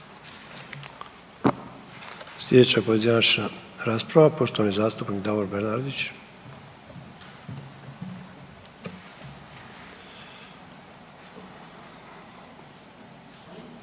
Slijedeća pojedinačna rasprava, poštovani zastupnik Davor Bernardić.